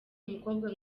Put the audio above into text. umukobwa